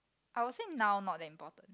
I will say now not that important